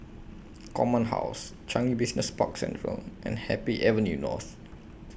Command House Changi Business Park Central and Happy Avenue North